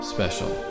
Special